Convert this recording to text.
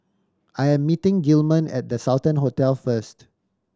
I am meeting Gilman at The Sultan Hotel first